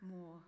more